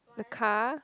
the car